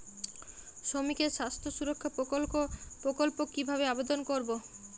শ্রমিকের স্বাস্থ্য সুরক্ষা প্রকল্প কিভাবে আবেদন করবো?